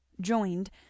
joined